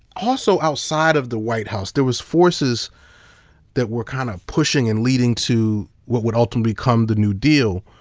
also outside of the white house, there was forces that were kind of pushing and leading to what would ultimately become the new deal,